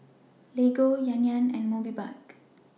Lego Yan Yan and Mobike